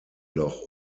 loch